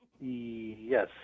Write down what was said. Yes